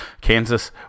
Kansas